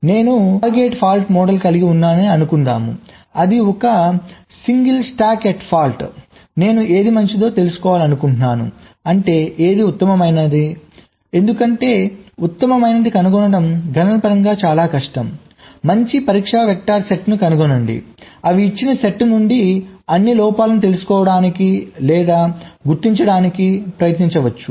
నేను target fault model కలిగి ఉన్నానని అనుకుందాము అది ఒక single stack of fault single stack at fault నేను ఏది మంచిదో తెలుసుకోవాలనుకుంటున్నాను అంటే ఏది ఉత్తమమైనదని ఎందుకంటే ఉత్తమమైనది కనుగొనడం గణనపరంగా చాలా కష్టం మంచి పరీక్ష వెక్టర్స్ సెట్ను కనుగొనండి అవి ఇచ్చిన సెట్ నుండి అన్ని లోపాలను తెలుసుకోవడానికి లేదా గుర్తించడానికి ప్రయత్నించవచ్చు